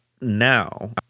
now